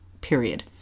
period